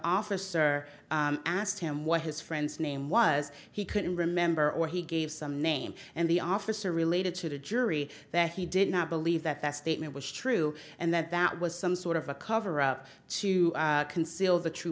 officer asked him what his friend's name was he couldn't remember where he gave some name and the officer related to the jury that he did not believe that that statement was true and that that was some sort of a cover up to conceal the true